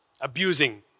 abusing